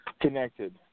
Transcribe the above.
connected